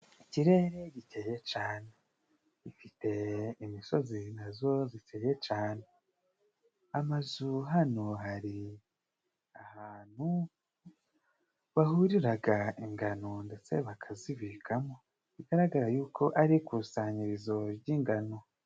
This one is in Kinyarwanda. Ikirere gikeye cane ifite imisozi nazo ziteye cane amazu hano hari ahantu bahuriraga ingano ndetse bakazibikamo bigaragara yuko ari ikusanyirizo ry'ingano.